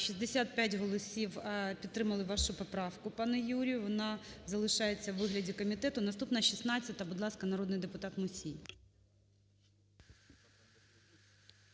65 голосів підтримали вашу поправку, пане Юрію. Вона залишається у вигляді комітету. Наступна -16-а. Будь ласка, народний депутат Мусій.